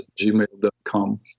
gmail.com